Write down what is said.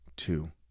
Two